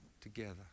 together